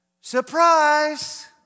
surprise